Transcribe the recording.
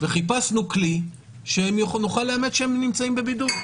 וחיפשנו כלי שנוכל לאמת שהם נמצאים בבידוד.